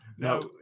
no